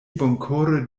bonkore